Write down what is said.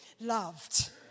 loved